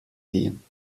gehen